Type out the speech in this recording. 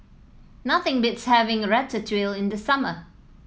nothing beats having Ratatouille in the summer